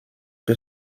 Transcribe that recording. que